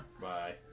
Bye